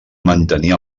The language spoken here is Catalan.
mantenir